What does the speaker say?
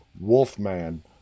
Wolfman